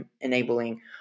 enabling